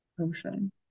Ocean